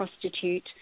prostitute